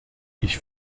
ich